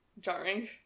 jarring